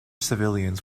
civilians